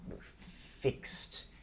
fixed